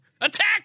Attack